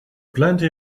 plenty